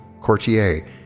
courtier